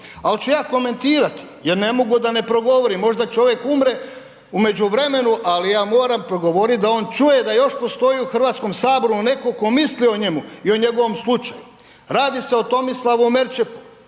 ali ću ja komentirati jer ne mogu da ne progovorim, možda čovjek umre u međuvremenu ali ja moram progovorit da on čuje da još postoji u Hrvatskom saboru neko ko misli o njemu i o njegovom slučaju. Radi se o Tomislavu Merčepu,